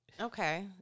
Okay